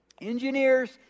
Engineers